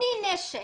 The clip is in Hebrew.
ולקנות נשק